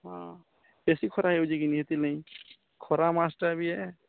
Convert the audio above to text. ହଁ ବେଶୀ ଖରା ହେଇଯାଉଛି କିନି ହେତିର୍ ଲାଗି ଖରା ମାସଟା ବି